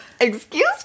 excuse